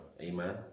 Amen